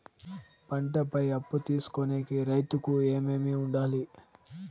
పంటల పై అప్పు తీసుకొనేకి రైతుకు ఏమేమి వుండాలి?